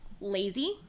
lazy